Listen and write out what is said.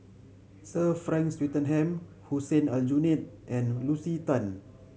Sir Frank Swettenham Hussein Aljunied and Lucy Tan